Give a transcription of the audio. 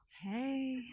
Hey